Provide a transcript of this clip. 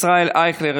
ישראל אייכלר,